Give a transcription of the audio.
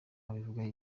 abivugaho